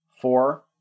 four